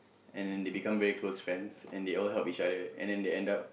and then they become very close friends and they always help each other